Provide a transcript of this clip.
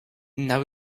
now